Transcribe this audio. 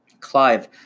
Clive